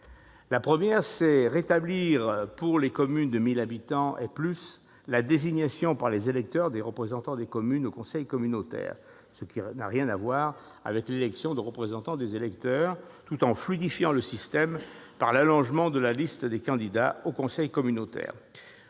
La première consiste à rétablir, pour les communes de 1 000 habitants et plus, la désignation par les électeurs des représentants des communes au conseil communautaire, ce qui n'a rien à voir avec l'élection de représentants des électeurs, tout en fluidifiant le système par l'allongement de la liste des candidats au conseil communautaire.